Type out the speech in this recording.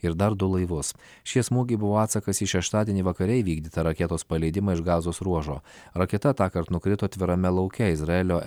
ir dar du laivus šie smūgiai buvo atsakas į šeštadienį vakare įvykdytą raketos paleidimą iš gazos ruožo raketa tąkart nukrito atvirame lauke izraelio